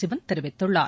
சிவன் தெரிவித்துள்ளார்